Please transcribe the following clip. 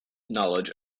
knowledge